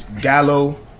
Gallo